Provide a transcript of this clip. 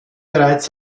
bereits